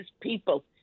people